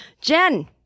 Jen